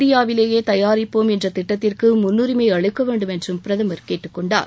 இந்தியாவிலேயே தயாரிப்போம் என்ற திட்டத்திற்கு முன்னுரினம அளிக்க வேண்டும் என்று பிரதமர் கேட்டுக் கொண்டார்